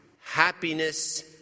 happiness